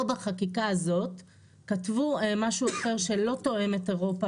פה בחקיקה הזאת כתבו משהו אחר שלא תואם את אירופה